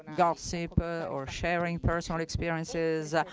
gossip or or sharing personal experiences,